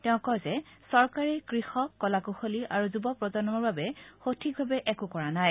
তেওঁ কয় যে চৰকাৰে কৃষক কলাকুশলী আৰু যুৱপ্ৰজন্মৰ বাবে সঠিকভাৱে একো কৰা নাই